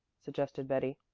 suggested betty.